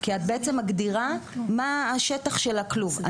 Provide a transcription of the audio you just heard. את בעצם מגדירה מה השטח של הכלוב.